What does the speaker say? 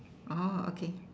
oh okay